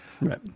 Right